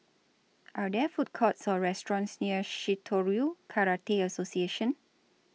Are There Food Courts Or restaurants near Shitoryu Karate Association